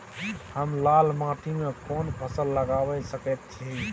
हम लाल माटी में कोन फसल लगाबै सकेत छी?